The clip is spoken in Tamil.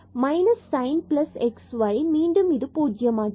பின்பு minus sin x plus y மீண்டும் இது பூஜ்யம் ஆகிறது